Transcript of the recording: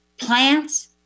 Plants